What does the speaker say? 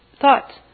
thoughts